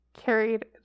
carried